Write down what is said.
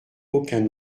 aucun